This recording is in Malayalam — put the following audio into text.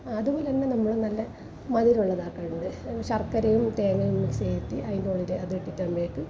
അതുപോലെ തന്നെ നമ്മള് നല്ല മധുരമുള്ളതാക്കാണ്ട് ശർക്കരയും തേങ്ങയും മിക്സ് ചെയ്തിട്ട് അതിൻ്റെ മുകളിൽ അതിട്ട് എണ്ണയിട്ട്